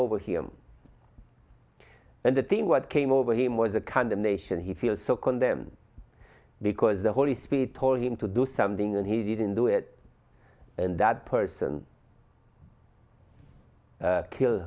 over him and the team what came over him was a condemnation he feels so condemned because the holy spirit told him to do something and he didn't do it and that person kill